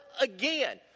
again